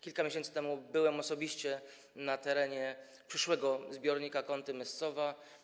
Kilka miesięcy temu byłem osobiście na terenie przyszłego zbiornika Kąty - Myscowa.